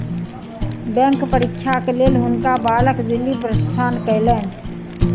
bank परीक्षाक लेल हुनका बालक दिल्ली प्रस्थान कयलैन